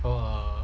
!wow!